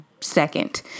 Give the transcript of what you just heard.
second